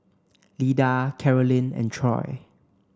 Lida Carolynn and Troy